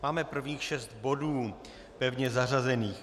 Máme prvních šest bodů pevně zařazených.